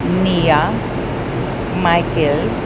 nia michael